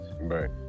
right